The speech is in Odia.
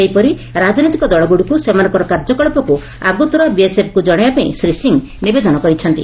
ସେହିପରି ରାଜନୈତିକ ଦଳଗୁଡ଼ିକୁ ସେମାନଙ୍କର କାର୍ଯ୍ୟକଳାପକୁ ଆଗତୁରା ବିଏସ୍ଏଫ୍ କୁ ଜଶାଇବା ପାଇଁ ଶ୍ରୀ ସିଂହ ନିବେଦନ କରିଛନ୍ତି